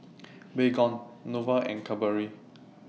Baygon Nova and Cadbury